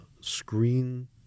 screen